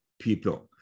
people